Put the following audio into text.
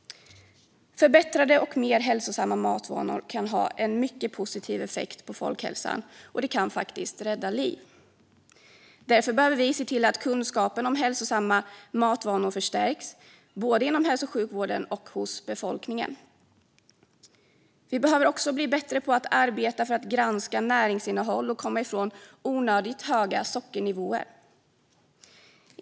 Förbättrade och mer hälsosamma matvanor kan ha en mycket positiv effekt på folkhälsan och kan faktiskt rädda liv. Därför behöver vi se till att kunskapen om hälsosamma matvanor förstärks, både inom hälso och sjukvården och hos befolkningen. Vi behöver också bli bättre på att arbeta för att granska näringsinnehåll och komma ifrån onödigt höga sockernivåer.